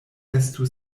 estu